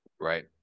Right